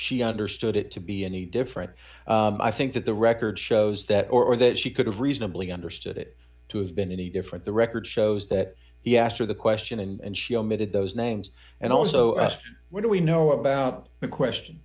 she understood it to be any different i think that the record shows that or that she could have reasonably understood it to have been any different the record shows that he asked her the question and she omitted those names and also asked what do we know about the question